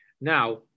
Now